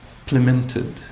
implemented